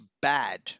bad